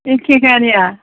बेटारि गारिया